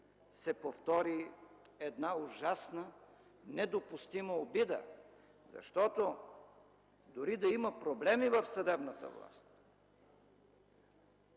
се повтори една ужасна, недопустима обида. Дори и да има проблеми в съдебната власт,